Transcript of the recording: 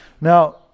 Now